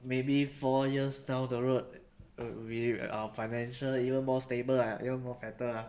maybe four years down the road re~ our financial even more stable and even more better ah